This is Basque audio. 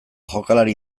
jokalari